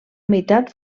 meitat